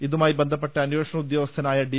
ഇതുമായി ബന്ധപ്പെട്ട് അന്വേഷണ ഉദ്യോഗ സ്ഥനായ ഡി